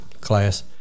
class